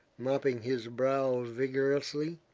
mopping his brow vigorously.